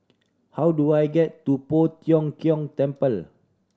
how do I get to Poh Tiong Kiong Temple